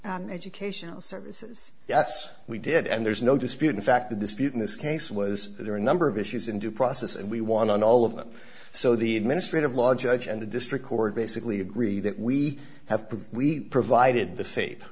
educational services yes we did and there's no dispute in fact the dispute in this case was that are a number of issues in due process and we won on all of them so the administrative law judge and the district court basically agree that we have proved we provided the fa